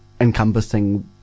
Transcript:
encompassing